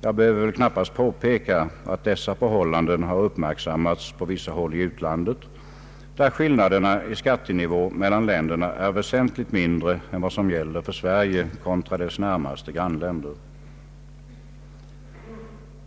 Jag behöver väl knappast påpeka att dessa förhållanden har uppmärksammats på vissa håll i utlandet, där skillnaderna i skattenivå mellan länderna är väsentligt mindre än vad som gäller för Sverige kontra dess närmaste grannländer.